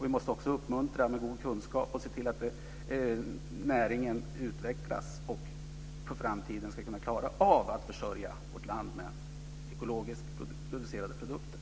Vi måste också uppmuntra med god kunskap och se till att näringen utvecklas så att den i framtiden kan klara av att försörja vårt land med ekologiskt producerade produkter.